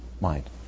mind